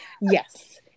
Yes